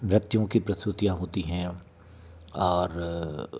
नृत्यों की प्रसुतियाँ होती हैं और